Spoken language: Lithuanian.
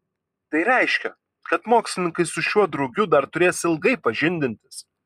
tai reiškia kad mokslininkai su šiuo drugiu dar turės ilgai pažindintis